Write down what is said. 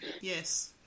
Yes